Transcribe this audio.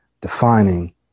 defining